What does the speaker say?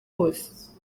hose